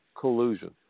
collusion